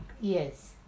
Yes